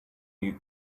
you